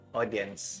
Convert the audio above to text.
audience